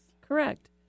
Correct